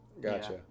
Gotcha